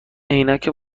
عینک